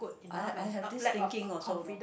I have I have this thinking also know